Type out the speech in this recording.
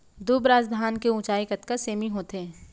दुबराज धान के ऊँचाई कतका सेमी होथे?